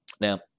Now